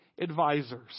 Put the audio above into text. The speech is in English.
advisors